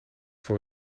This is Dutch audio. voor